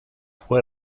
fue